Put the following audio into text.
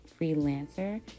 freelancer